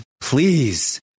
please